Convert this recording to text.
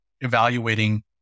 evaluating